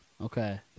Okay